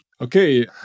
okay